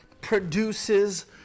produces